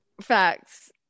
Facts